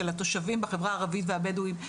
של התושבים בחברה הערבית והבדואית,